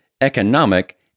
economic